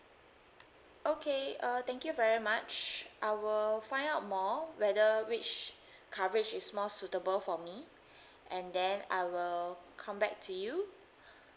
okay uh thank you very much I will find out more whether which coverage is more suitable for me and then I will come back to you